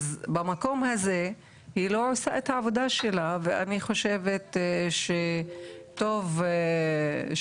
אז במקום הזה היא לא עושה את העבודה שלה ואני חושבת שטוב שאנחנו